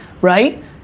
right